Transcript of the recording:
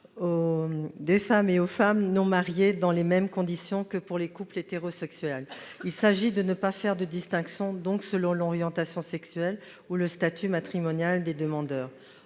de femmes et aux femmes non mariées dans les mêmes conditions que pour les couples hétérosexuels. Il s'agissait ainsi de ne pas faire de distinction selon l'orientation sexuelle ni le statut matrimonial des demandeurs.